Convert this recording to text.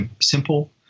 simple